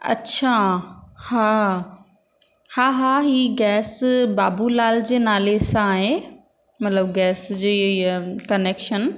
अच्छा हा हा हा हीउ गैस बाबूलाल जे नाले सां आहे मतिलबु गैस जो इहा इहा कनेक्शन